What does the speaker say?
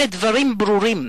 אלה דברים ברורים,